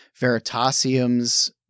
Veritasium's